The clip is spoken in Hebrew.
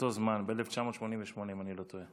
באותו זמן, ב-1988, אם אני לא טועה.